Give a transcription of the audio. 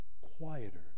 quieter